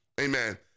amen